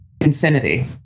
Infinity